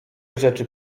rzeczy